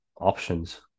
options